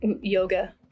yoga